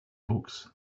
books